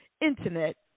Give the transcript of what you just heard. Internet